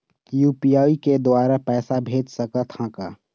UPI के द्वारा पैसा भेज सकत ह का?